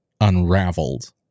unraveled